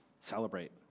celebrate